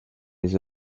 les